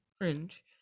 cringe